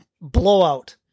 blowout